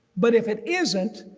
but if it isn't,